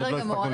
בסדר גמור.